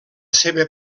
seva